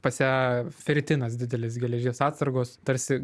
pas ją feritinas didelis geležies atsargos tarsi